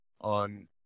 on